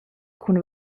cun